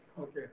Okay